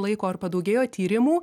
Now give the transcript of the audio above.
laiko ar padaugėjo tyrimų